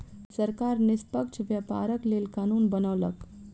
सरकार निष्पक्ष व्यापारक लेल कानून बनौलक